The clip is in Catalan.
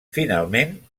finalment